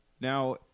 Now